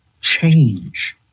change